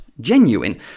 genuine